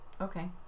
Okay